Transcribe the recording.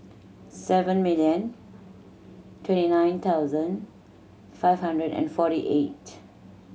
seven million twenty nine thousand five hundred and forty eight